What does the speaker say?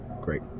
great